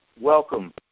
Welcome